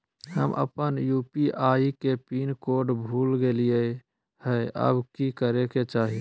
हम अपन यू.पी.आई के पिन कोड भूल गेलिये हई, अब की करे के चाही?